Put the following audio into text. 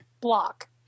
block